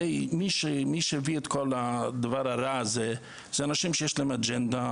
הרי מי שהביא את כל הדבר הרע הזה אלה אנשים שיש להם אג'נדה,